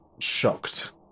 shocked